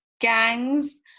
gangs